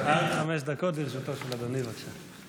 עד חמש דקות לרשותו של אדוני, בבקשה.